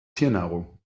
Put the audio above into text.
tiernahrung